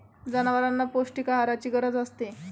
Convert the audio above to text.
जनावरांना पौष्टिक आहाराची गरज असते